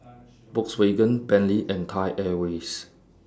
Volkswagen Bentley and Thai Airways